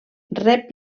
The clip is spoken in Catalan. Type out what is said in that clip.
rep